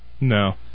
No